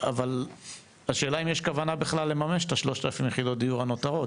אבל השאלה אם יש כוונה בכלל לממש את ה-3,000 יחידות דיור הנותרות?